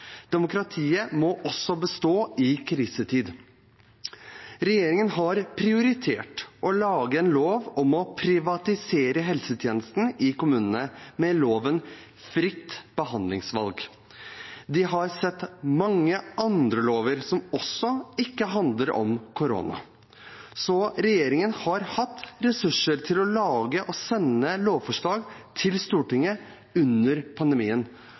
Demokratiet må også bestå i krisetid. Regjeringen har prioritert å lage en lov om å privatisere helsetjenestene i kommunene med loven om fritt behandlingsvalg. De har sendt mange andre lover som ikke handler om korona, til Stortinget. Så regjeringen har hatt ressurser til å lage og sende lovforslag til Stortinget under pandemien.